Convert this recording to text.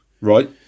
right